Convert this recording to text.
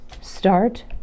Start